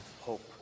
hope